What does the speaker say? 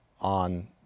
on